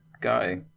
go